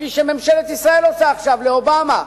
כפי שממשלת ישראל עושה עכשיו לאובמה,